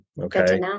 okay